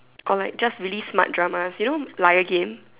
or like just really smart dramas you know liar game